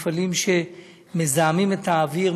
מפעלים שמזהמים את האוויר,